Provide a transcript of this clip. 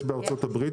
יש בארצות-הברית.